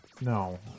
No